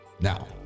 Now